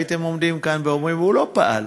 הייתם עומדים כאן ואומרים: הוא לא פעל.